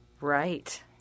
Right